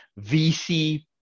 VC